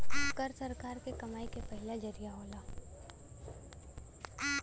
कर सरकार के कमाई के पहिला जरिया होला